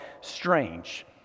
strange